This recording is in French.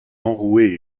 enrouée